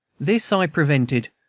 this i prevented,